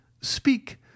speak